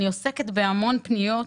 אני עוסקת בהמון פניות,